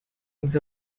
eggs